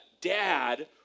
dad